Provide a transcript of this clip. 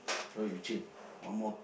what you change one more